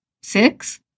Six